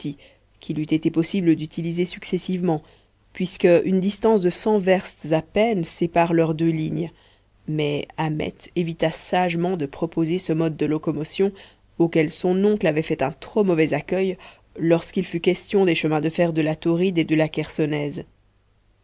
qu'il eût été possible d'utiliser successivement puisque une distance de cent verstes à peine sépare leurs deux lignes mais ahmet évita sagement de proposer ce mode de locomotion auquel son oncle avait fait un trop mauvais accueil lorsqu'il fut question des chemins de fer de la tauride et de la